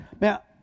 Now